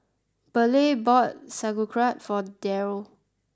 Burleigh bought Sauerkraut for Darl